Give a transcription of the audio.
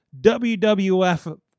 WWF